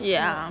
ya